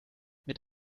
mit